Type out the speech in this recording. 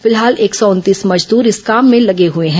फिलहाल एक सौ उनतीस मजदूर इस काम में लगे हुए हैं